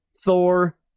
Thor